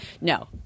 no